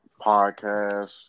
podcast